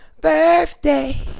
birthday